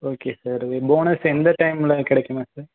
okay sir bonus எந்த டைமில் கிடைக்குங்க சார்